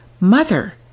Mother